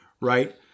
right